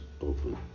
open